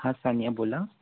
हां सानिया बोला